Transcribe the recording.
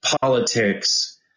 politics